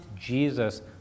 Jesus